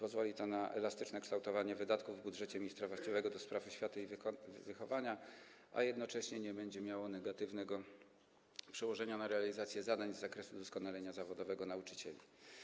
Pozwoli to na elastyczne kształtowanie wydatków w budżecie ministra właściwego do spraw oświaty i wychowania, a jednocześnie nie będzie miało negatywnego przełożenia na realizację zadań z zakresu doskonalenia zawodowego nauczycieli.